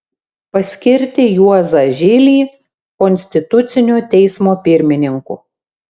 paskirti juozą žilį konstitucinio teismo pirmininku